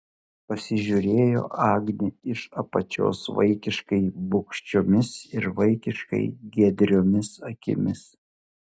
pasižiūrėjo agnė iš apačios vaikiškai bugščiomis ir vaikiškai giedriomis akimis